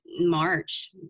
March